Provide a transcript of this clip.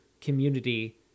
community